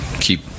keep